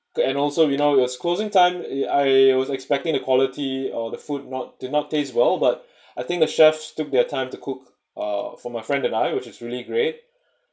and also we know it was closing time I was expecting the quality or the food not did not taste well but I think the chefs took their time to cook uh for my friend and I which is really great